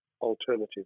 alternative